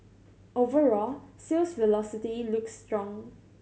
overall sales velocity looks strong